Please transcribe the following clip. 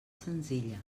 senzilla